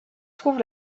trouve